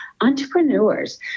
entrepreneurs